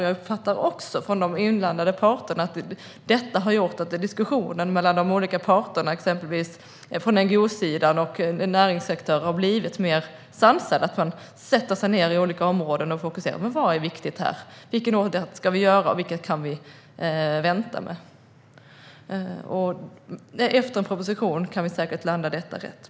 Jag uppfattar också att detta har gjort att diskussionerna mellan de olika parterna, exempelvis från NGO-sidan och näringsaktörer, har blivit mer sansade. Man sätter sig ned i olika områden och fokuserar: Vad är viktigt här? Vilken åtgärd ska vi vidta, och vilka kan vi vänta med? Efter en proposition kan vi säkert landa detta rätt.